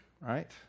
right